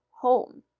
home